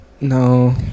No